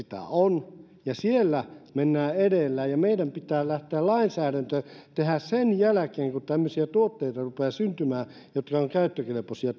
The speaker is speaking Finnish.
keski euroopassa sitä on ja siellä mennään edellä ja meidän pitää lainsäädäntö tehdä sen jälkeen kun rupeaa syntymään tämmöisiä tuotteita jotka ovat käyttökelpoisia